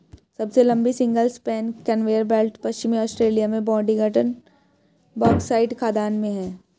सबसे लंबी single span conveyor belt पश्चिमी ऑस्ट्रेलिया में बोडिंगटन बॉक्साइट खदान में है